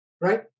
right